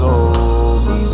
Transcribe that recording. over